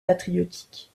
patriotiques